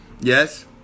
yes